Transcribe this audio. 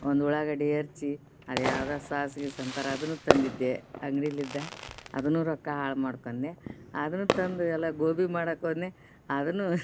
ಒಂದು ಉಳ್ಳಾಗಡ್ಡಿ ಹೆರ್ಚಿ ಅದು ಯಾವ್ದೋ ಸಾಸ್ ಗೀಸ್ ಅಂತಾರೆ ಅದನ್ನೂ ತಂದಿದ್ದೆ ಅಂಗ್ಡಿಲಿಂದ ಅದನ್ನೂ ರೊಕ್ಕ ಹಾಳು ಮಾಡ್ಕೊಂಡೆ ಅದನ್ನೂ ತಂದು ಎಲ್ಲ ಗೋಬಿ ಮಾಡಕ್ಕೋದ್ನೆ ಅದನ್ನೂ